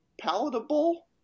palatable